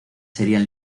serían